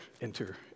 enter